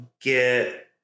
get